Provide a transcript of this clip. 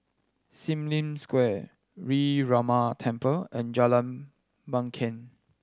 Sim Lim Square Sree Ramar Temple and Jalan Bangket